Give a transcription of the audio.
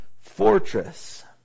fortress